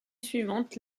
suivante